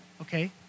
okay